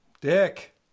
Dick